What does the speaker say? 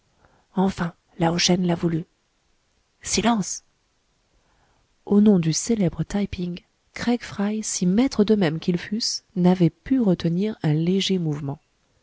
enfin lao shen l'a voulu silence au nom du célèbre taï ping craig fry si maîtres d'eux-mêmes qu'ils fussent n'avaient pu retenir un léger mouvement